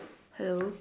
hello